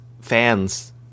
fans